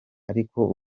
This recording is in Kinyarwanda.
ariko